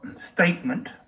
statement